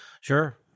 Sure